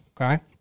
Okay